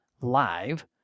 live